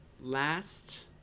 last